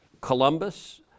Columbus